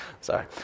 sorry